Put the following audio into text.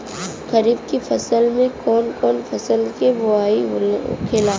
खरीफ की फसल में कौन कौन फसल के बोवाई होखेला?